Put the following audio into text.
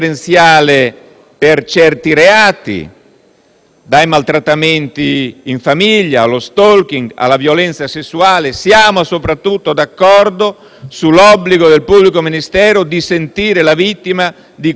dai maltrattamenti in famiglia allo *stalking*, alla violenza sessuale. Siamo soprattutto d'accordo sull'obbligo del pubblico ministero di sentire la vittima di questi reati entro settantadue ore, in modo che